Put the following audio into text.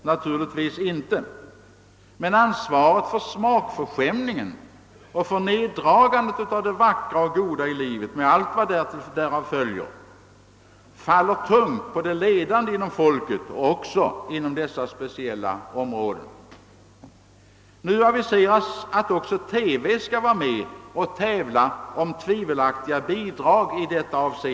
Naturligtvis inte, men ansvaret för smakförskämningen och för neddragandet av det vackra och goda i livet med allt vad därav följer faller tungt på de ledande inom folket och även beträffande dessa speciella områden. Nu har det aviserats att också TV skall vara med och tävla om tvivelaktiga bidrag av detta slag.